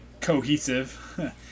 cohesive